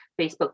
Facebook